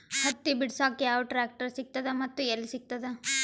ಹತ್ತಿ ಬಿಡಸಕ್ ಯಾವ ಟ್ರಾಕ್ಟರ್ ಸಿಗತದ ಮತ್ತು ಎಲ್ಲಿ ಸಿಗತದ?